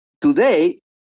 today